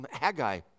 Haggai